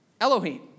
Elohim